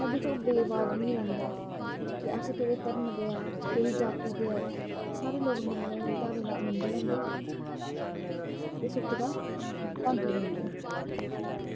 साढ़े च ओह् भेद भाव नी होंदा ऐ कि अस केह्ड़े धर्म दे ऐं केह्ड़ी जाती दे ऐं सारे लोग मिलियै इनैं ध्यारें दा अन्द लैंदे ते सुखे दा भागी बनदे